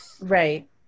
Right